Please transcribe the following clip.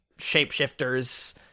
shapeshifters